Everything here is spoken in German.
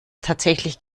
tatsächlich